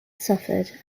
suffered